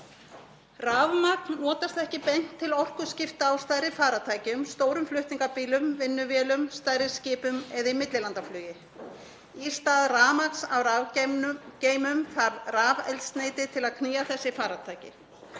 Rafmagn notast ekki beint til orkuskipta á stærri farartækjum, stórum flutningabílum, vinnuvélum, stærri skipum eða í millilandaflugi. Í stað rafmagns á rafgeymum þarf eldsneyti til að knýja þessi farartæki.